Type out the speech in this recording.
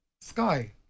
Sky